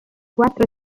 quattro